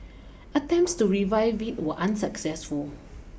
attempts to revive it were unsuccessful